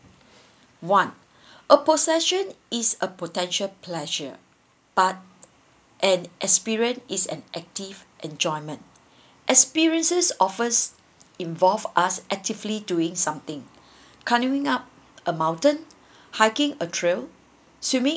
one a possession is a potential pleasure but an experience is an active enjoyment experiences offers involve us actively doing something canoeing up a mountain hiking a trail swimming